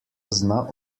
zna